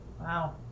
Wow